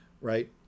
right